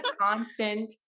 constant